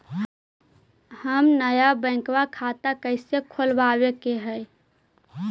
हम नया बैंक खाता कैसे खोलबाबे के है?